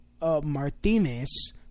Martinez